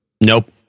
Nope